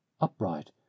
upright